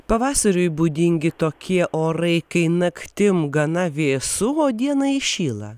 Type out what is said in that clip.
pavasariui būdingi tokie orai kai naktim gana vėsu o dieną įšyla